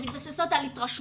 הן מתבססות על התרשמויות,